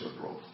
growth